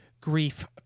Grief